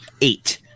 eight